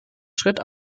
schritt